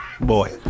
Boy